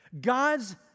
God's